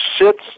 sits